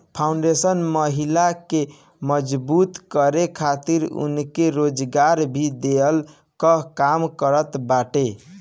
foundation महिला के मजबूत करे खातिर उनके रोजगार भी देहला कअ काम करत बाटे